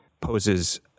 poses